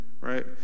Right